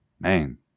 Man